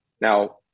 Now